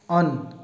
on